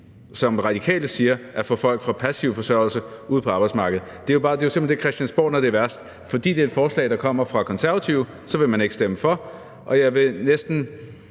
som Radikale siger, at få folk fra passiv forsørgelse ud på arbejdsmarkedet, er jo simpelt hen bare Christiansborg, når det er værst. Fordi det er et forslag, der kommer fra Konservative, vil man ikke stemme for, og jeg vil næsten